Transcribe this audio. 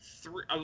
three